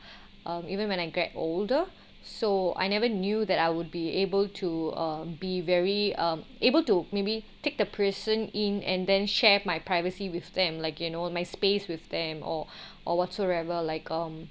um even when I get older so I never knew that I would be able to um be very um able to maybe take the person in and then share my privacy with them like you know my space with them or or whatsoever like um